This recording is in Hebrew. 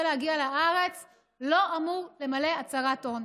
להגיע לארץ לא אמור למלא הצהרת הון.